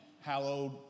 Hallowed